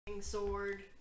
sword